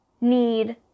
need